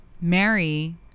Mary